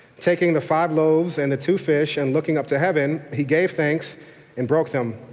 taking the five loaves and the two fish and looking up to heaven, he gave thanks and broke them.